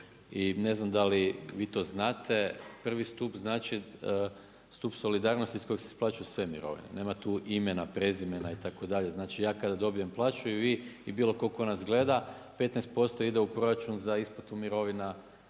i ne znam da li vi to znate. Prvi stup znači stup solidarnosti iz kojeg se isplaćuju sve mirovine, nema tu imena, prezimena itd. Znači, ja kada dobijem plaću i vi i bilo tko tko nas gleda 15% ide u proračun za isplatu mirovina